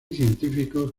científicos